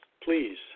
Please